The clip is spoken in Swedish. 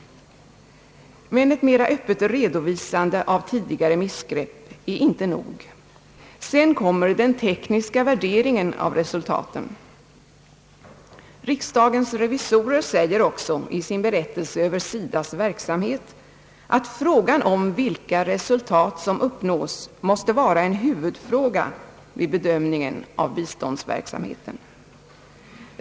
Men ett mera öppet redovisande av tidigare missgrepp är inte nog. Sedan kommer den tekniska värderingen av resultaten. Riksdagens revisorer säger också i sin berättelse över SIDA:s verksamhet att frågan om vilka resultat som uppnås måste vara en huvudfråga vid bedömningen av biståndsverksamheten.